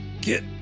Get